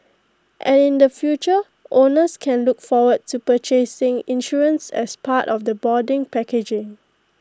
and in the future owners can look forward to purchasing insurance as part of the boarding packages